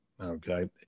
Okay